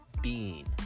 bean